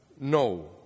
No